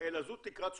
אלא זו תקרת זכוכית.